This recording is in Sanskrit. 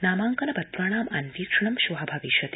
नामांकन पत्राणामन्वीक्षणं श्व भविष्यति